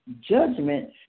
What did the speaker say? judgment